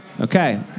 Okay